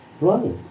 right